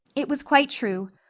it was quite true.